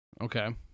Okay